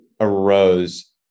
arose